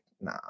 nah